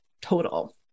total